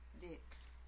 dicks